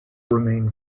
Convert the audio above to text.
remain